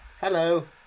Hello